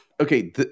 okay